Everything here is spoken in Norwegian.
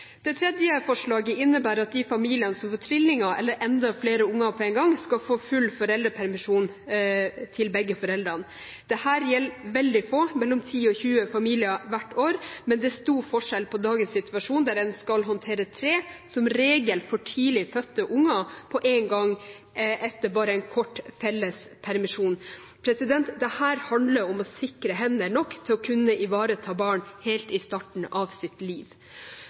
Det tredje forslaget innebærer at i de familiene som får trillinger eller enda flere barn på en gang, skal begge foreldrene få full foreldrepermisjon. Dette gjelder veldig få, mellom ti og tjue familier hvert år, men det er stor forskjell fra dagens situasjon, der en skal håndtere tre, som regel for tidlig fødte, barn på en gang etter bare en kort felles permisjon. Dette handler om å sikre nok hender til å kunne ivareta barna helt i starten av deres liv.